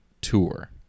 tour